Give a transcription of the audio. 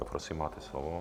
Prosím, máte slovo.